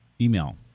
email